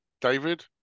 David